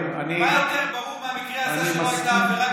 מה יותר ברור מהמקרה הזה שלא הייתה עבירה?